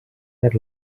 per